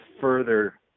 further